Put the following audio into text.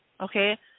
okay